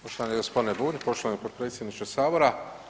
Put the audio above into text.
Poštovani g. Bulj, poštovani potpredsjedniče Sabora.